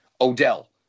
Odell